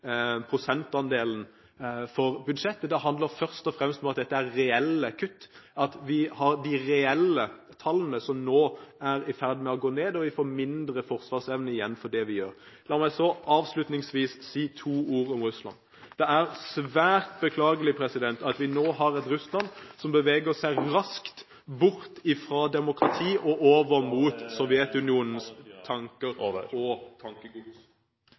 prosentandelen for budsjettet, det handler først og fremst om at dette er reelle kutt, at vi har de reelle tallene som nå er i ferd med å gå ned, og vi får mindre forsvarsevne igjen for det vi gjør. La meg avslutningsvis si to ord om Russland. Det er svært beklagelig at vi nå har et Russland som beveger seg raskt bort fra demokrati og over mot Sovjetunionens tanker og tankegods.